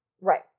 Right